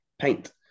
Paint